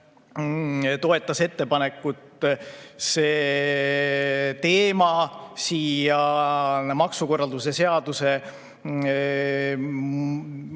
toetas ettepanekut see teema siia maksukorralduse seaduse muudatust